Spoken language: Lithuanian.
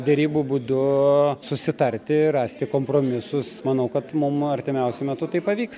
derybų būdu susitarti rasti kompromisus manau kad mum artimiausiu metu tai pavyks